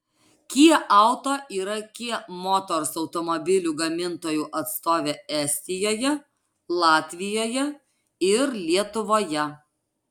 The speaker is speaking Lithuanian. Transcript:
kia auto yra kia motors automobilių gamintojų atstovė estijoje latvijoje ir lietuvoje